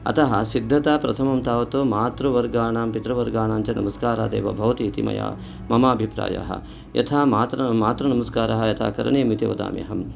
अतः सिद्धता प्रथमं तावत्तु मातृवर्गाणां पितृवर्गाणाञ्च नमस्कारादेव भवति इति मया मम अभिप्रायः यथा मातृनमस्कारः यथा करणीयम् इति वदामि अहम्